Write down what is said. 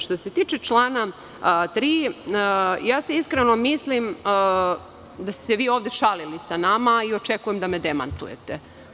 Što se tiče člana 3. iskreno mislim da ste se šalili ovde sa nama i očekujem da me demantujete.